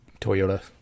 Toyota